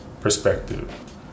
perspective